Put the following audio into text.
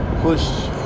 push